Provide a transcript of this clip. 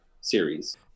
series